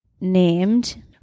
named